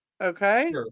okay